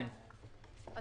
חברים,